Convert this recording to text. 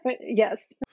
Yes